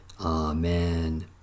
Amen